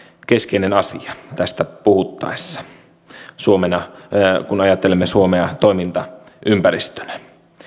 keskeinen asia tästä puhuttaessa kun ajattelemme suomea toimintaympäristönä